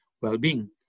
well-being